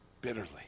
bitterly